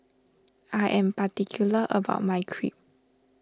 I am particular about my Crepe